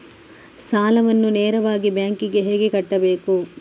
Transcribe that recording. ಸಾಲವನ್ನು ನೇರವಾಗಿ ಬ್ಯಾಂಕ್ ಗೆ ಹೇಗೆ ಕಟ್ಟಬೇಕು?